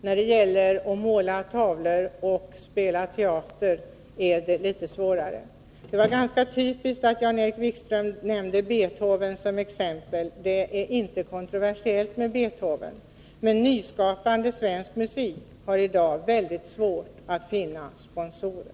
När det gäller att måla tavlor och spela teater är det litet svårare. Det var ganska typiskt att Jan-Erik Wikström nämnde Beethoven som exempel. Det är inte kontroversiellt med Beethoven, men nyskapande svensk musik har i dag väldigt svårt att finna sponsorer.